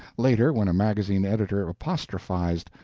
later, when a magazine editor apostrophized,